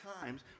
times